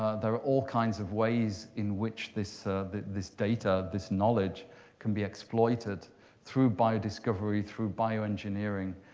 there are all kinds of ways in which this this data, this knowledge can be exploited through biodiscovery, through bioengineering,